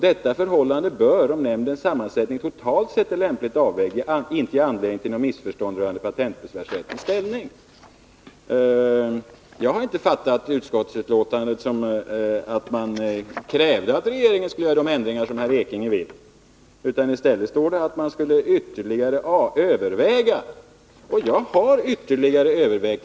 Detta förhållande bör, om nämndens sammansättning totalt sett är lämpligt avvägd, inte ge anledning till något missförstånd rörande patentbesvärsrättens ställning.” Jag har inte fattat utskottsbetänkandet så, att utskottet krävde att regeringen skulle göra de ändringar som herr Ekinge talat om. Det står däremot att man borde ytterligare överväga, och jag har, herr talman, ytterligare övervägt.